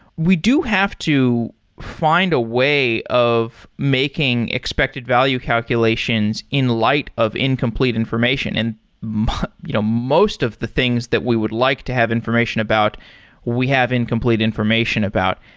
we do have to find a way of making expected value calculations in light of incomplete information, and most you know most of the things that we would like to have information about we have incomplete information about.